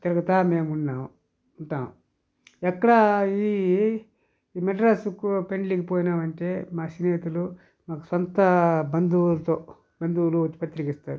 తిరుగుతూ మేము ఉన్నాం ఉంటాం ఎక్కడ ఇది ఈ మద్రాస్కు పెళ్లికి పోయినామంటే మా స్నేహితులు మాకు సొంత బంధువులతో బంధువులు వచ్చి పత్రిక ఇస్తారు